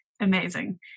amazing